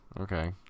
Okay